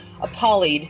appalled